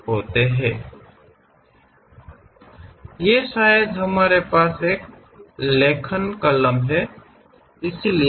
ಅಥವಾ ಬಹುಶಃ ನಮ್ಮಲ್ಲಿ ಬರವಣಿಗೆಯ ಪೆನ್ ಇದೆ